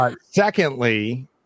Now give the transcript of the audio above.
secondly